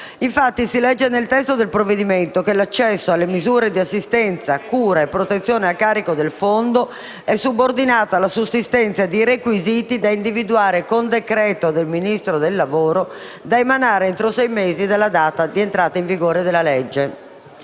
Infatti, si legge nel testo del provvedimento che l'accesso alle misure di assistenza, cura e protezione a carico del Fondo è subordinato alla sussistenza di requisiti da individuare con decreto del Ministro del lavoro e delle politiche sociali, da emanare entro sei mesi dalla data di entrata in vigore della legge.